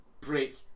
break